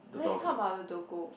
let's talk about the Doggo